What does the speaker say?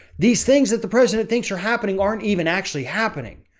these things that the president thinks are happening aren't even actually happening.